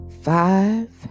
five